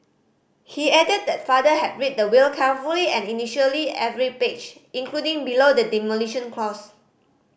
he added that father had read the will carefully and initialled every page including below the demolition clause